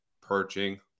perching